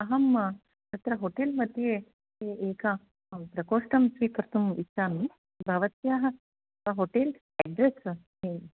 अहं तत्र होटेल्मध्ये एकः प्रकोष्ठः स्वीकर्तुम् इच्छामि भवत्याः होटेल् अड्रेस् अस्ति